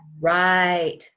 Right